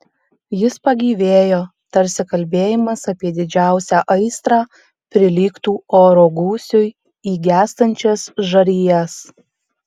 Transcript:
jis pagyvėjo tarsi kalbėjimas apie didžiausią aistrą prilygtų oro gūsiui į gęstančias žarijas